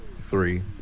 Three